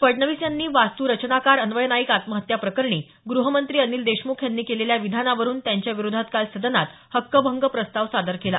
फडणवीस यांनी वास्तू रचनाकार अन्वय नाईक आत्महत्या प्रकरणी ग्रहमंत्री अनिल देशम्ख यांनी केलेल्या विधानावरुन त्यांच्याविरोधात काल सदनात हक्कभंग प्रस्ताव सादर केला